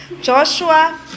Joshua